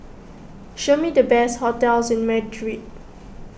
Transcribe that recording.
show me the best hotels in Madrid